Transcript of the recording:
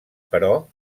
però